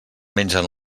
mengen